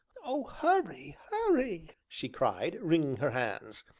oh, hurry! hurry! she cried, wringing her hands.